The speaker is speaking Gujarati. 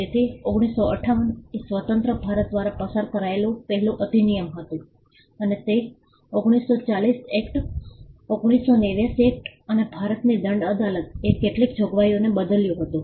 તેથી 1958 એ સ્વતંત્ર ભારત દ્વારા પસાર કરાયેલું પહેલું અધિનિયમ હતું અને તે 1940 એક્ટ 1889 એક્ટ અને ભારતની દંડ અદાલત એ કેટલીક જોગવાઈઓને બદલ્યું હતું